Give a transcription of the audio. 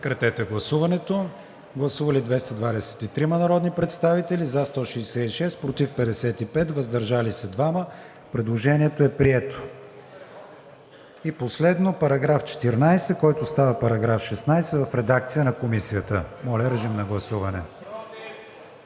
на Комисията. Гласували 223 народни представители: за 166, против 55, въздържали се 2. Предложението е прието. И последно, § 14, който става § 16 в редакция на Комисията. Моля, режим на гласуване.